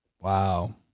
Wow